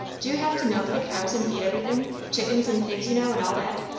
do you have to milk the cows and feed everything chickens and pigs, you know, and all that?